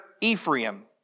Ephraim